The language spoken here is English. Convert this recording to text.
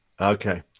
Okay